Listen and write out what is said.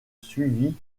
suivit